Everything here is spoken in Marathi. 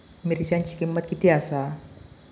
मिरच्यांची किंमत किती आसा?